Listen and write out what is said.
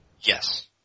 Yes